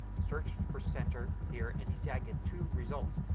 search for center here and you see i get two results.